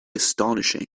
astonishing